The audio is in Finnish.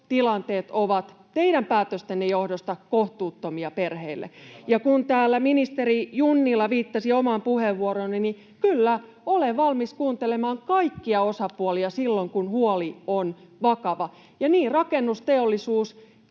tilanteet ovat teidän päätöstenne johdosta kohtuuttomia perheille? Täällä ministeri Junnila viittasi omaan puheenvuorooni, ja kyllä, olen valmis kuuntelemaan kaikkia osapuolia silloin kun huoli on vakava. Rakennusteollisuus